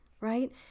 right